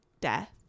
death